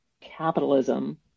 capitalism